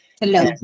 Hello